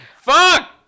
fuck